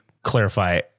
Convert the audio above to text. Clarify